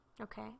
Okay